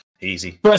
easy